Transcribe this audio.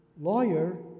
lawyer